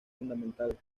fundamental